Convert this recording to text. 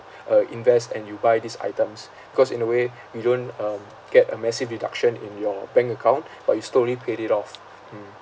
uh invest and you buy these items cause in a way you don't um get a massive reduction in your bank account but you slowly paid it off mm